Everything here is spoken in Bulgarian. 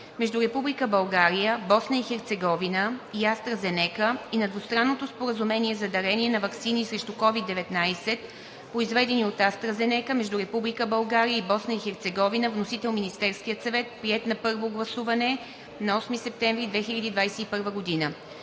между Република България, Босна и Херцеговина и АстраЗенека и на Двустранното споразумение за дарение на ваксини срещу COVID-19, произведени от АстраЗенека, между Република България и Босна и Херцеговина. Вносител – Министерският съвет на 27 август 2021 г. Приет на първо гласуване на 8 септември 2021 г.